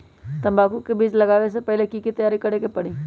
तंबाकू के बीज के लगाबे से पहिले के की तैयारी करे के परी?